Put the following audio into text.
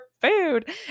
food